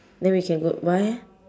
then we can go why eh